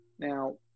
Now